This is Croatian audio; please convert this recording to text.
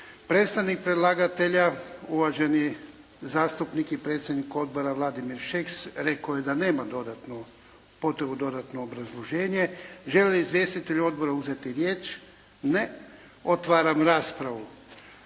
Predstavnik predlagatelja, uvaženi zastupnik i predsjednik odbora, Vladimir Šeks rekao je da nema potrebu dodatnog obrazloženja. Želi li izvjestitelj odbora uzeti riječ? Ne. Otvaram raspravu.